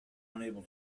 unable